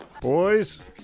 Boys